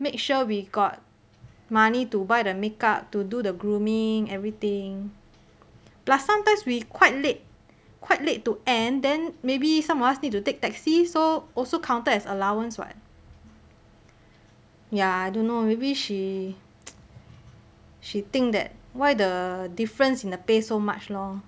make sure we got money to buy the makeup to do the grooming everything plus sometimes we quite late to end maybe some of us need to take taxis so also counted as allowance [what] ya I don't know maybe she she think that why the difference in the pay so much lor